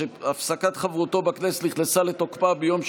שהפסקת חברותו בכנסת נכנסה לתוקפה ביום שישי,